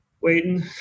waiting